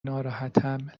ناراحتم